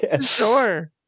sure